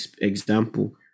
example